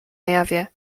jawie